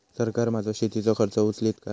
सरकार माझो शेतीचो खर्च उचलीत काय?